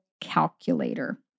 calculator